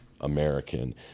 American